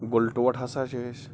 گُلہٕ ٹوٹھ ہَسا چھُ اسہِ